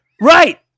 Right